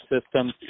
system